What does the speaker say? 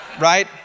right